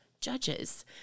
judges